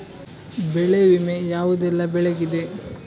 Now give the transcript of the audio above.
ಬೆಳೆ ವಿಮೆ ಯಾವುದೆಲ್ಲ ಬೆಳೆಗಿದೆ?